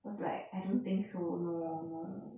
was like I don't think so no no